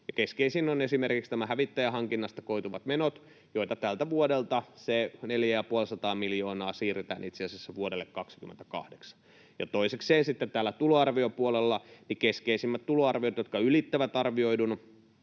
keskeisimpänä esimerkiksi hävittäjähankinnasta koituvat menot, joita tältä vuodelta 450 miljoonaa siirretään itse asiassa vuodelle 28. Ja toisekseen sitten täällä tuloarvion puolella ne keskeisimmät tuloarviot, jotka ylittävät arvioidun,